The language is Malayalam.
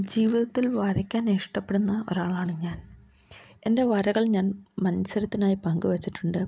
ജീവിതത്തിൽ വരക്കാനിഷ്ടപ്പെടുന്ന ഒരാളാണ് ഞാൻ എൻ്റെ വരകൾ ഞാൻ മത്സരത്തിനായി പങ്കു വെച്ചിട്ടുണ്ട്